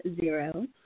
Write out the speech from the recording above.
zero